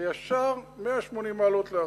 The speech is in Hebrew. זה ישר 180 מעלות לאחור.